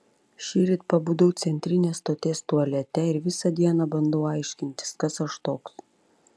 šįryt pabudau centrinės stoties tualete ir visą dieną bandau aiškintis kas aš toks